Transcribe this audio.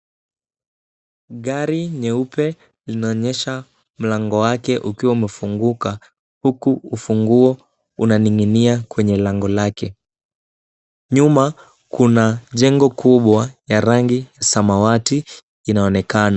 Gari nyeupe inaonyesha mlango wake ukiwa umefunguka huku ufunguo unaning'inia kwenye lango lake. Nyuma kuna jengo kubwa ya rangi samawati inaonekana.